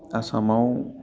आसामाव